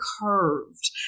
curved